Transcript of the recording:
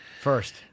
first